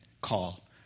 call